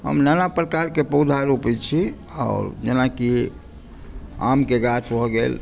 हम नाना प्रकारके पौधा रोपैत छी आओर जेनाकि आमके गाछ भऽ गेल